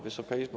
Wysoka Izbo!